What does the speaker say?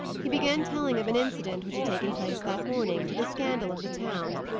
he began telling of an incident which had taken place that morning, to the scandal of the town.